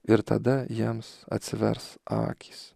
ir tada jiems atsivers akys